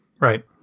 Right